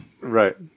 Right